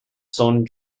son